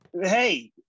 Hey